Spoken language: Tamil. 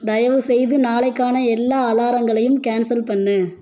தயவு செய்து நாளைக்கான எல்லா அலாரங்களையும் கேன்சல் பண்ணு